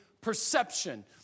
perception